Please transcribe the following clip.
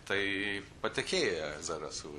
tai patikėjo zarasų